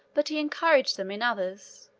but he encouraged them in others.